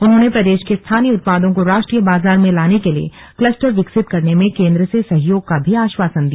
उन्होंने प्रदेश के स्थानीय उत्पादों को राष्ट्रीय बाजार में लाने के लिए क्लस्टर विकसित करने में केन्द्र से सहयोग का भी आश्वासन दिया